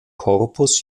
corpus